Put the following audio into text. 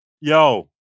Yo